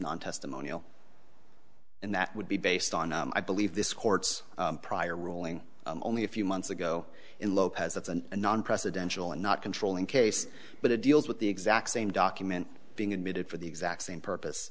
non testimonial and that would be based on i believe this court's prior ruling only a few months ago in lopez and non presidential a not controlling case but it deals with the exact same document being admitted for the exact same purpose